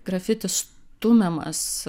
grafiti stumiamas